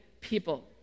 people